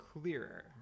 clearer